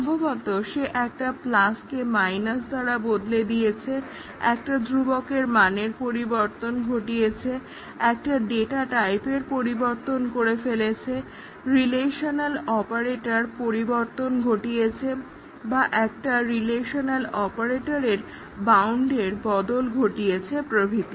সম্ভবত সে একটা প্লাসকে মাইনাস দ্বারা বদলে দিয়েছে একটা ধ্রুবকের মানের পরিবর্তন ঘটিয়েছে একটা ডেটা টাইপের পরিবর্তন করে ফেলেছে রিলেশনাল অপারেটরের পরিবর্তন ঘটিয়েছে বা একটা রিলেশনাল অপারেটরের বাউন্ডের বদল ঘটিয়েছে প্রভৃতি